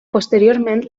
posteriorment